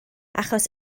achos